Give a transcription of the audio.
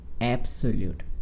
absolute